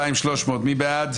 מי בעד?